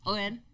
Owen